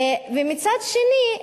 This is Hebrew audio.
מצד שני,